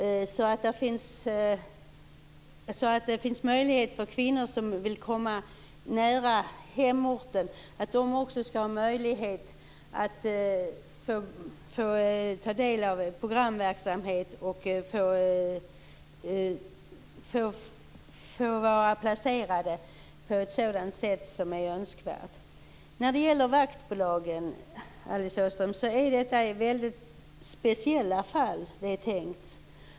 Därmed finns det möjlighet för kvinnor som vill komma nära hemorten att också ta del av programverksamhet och vara placerade på ett önskvärt sätt. När det gäller vaktbolagen är det tänkt att de skall användas i väldigt speciella fall.